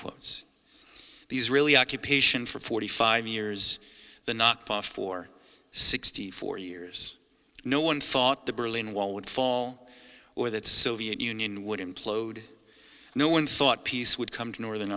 quotes are these really occupation for forty five years the knocked off for sixty four years no one thought the berlin wall would fall or that soviet union would implode no one thought peace would come to northern